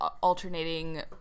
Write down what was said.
alternating